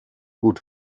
gut